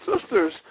sisters